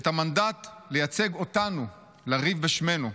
"את המנדט 'לייצג' אותנו, לריב בשמנו.